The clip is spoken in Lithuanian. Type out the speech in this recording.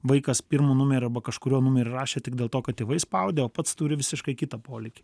vaikas pirmu numeriu arba kažkuriuo numeriu rašė tik dėl to kad tėvai spaudė o pats turi visiškai kitą polinkį